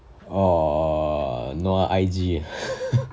orh err no I_G